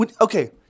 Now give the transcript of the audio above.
Okay